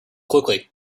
quickly